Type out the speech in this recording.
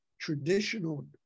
traditional